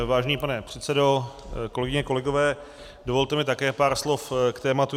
Vážený pane předsedo, kolegyně a kolegové, dovolte mi také pár slov k tématu.